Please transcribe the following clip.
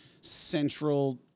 central